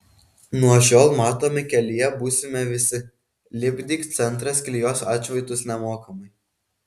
nuo šiol matomi kelyje būsime visi lipdyk centras klijuos atšvaitus nemokamai